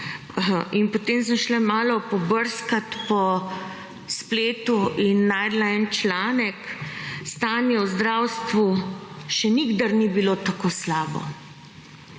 potem sem šla malo pobrskat po spletu in našla en članek »Stanje v zdravstvu še nikdar ni bilo tako slabo«.